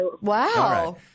Wow